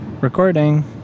Recording